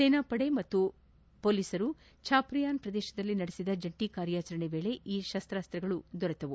ಸೇನಾ ಪಡೆ ಮತ್ತು ಪೊಲೀಸರು ಚಾಪ್ರಿಯನ್ ಪ್ರದೇಶದಲ್ಲಿ ನಡೆಸಿದ ಜಂಟಿ ಕಾರ್ಯಾಚರಣೆ ವೇಳೆ ಈ ಶಸ್ತಾಸ್ತ್ರಗಳು ದೊರೆತಿವೆ